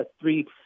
three-